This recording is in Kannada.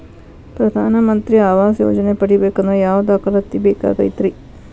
ಪ್ರಧಾನ ಮಂತ್ರಿ ಆವಾಸ್ ಯೋಜನೆ ಪಡಿಬೇಕಂದ್ರ ಯಾವ ದಾಖಲಾತಿ ಬೇಕಾಗತೈತ್ರಿ?